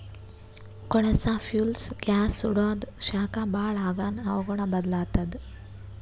ಕೊಳಸಾ fuels gas ಸುಡಾದು ಶಾಖ ಭಾಳ್ ಆಗಾನ ಹವಾಗುಣ ಬದಲಾತ್ತದ